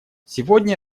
сегодня